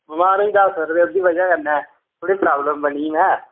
बमार होई गेदा हा सर ते ओह्दी वजह् कन्नै थोह्ड़ी प्रॉब्लम बनी गेई में